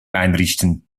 einrichten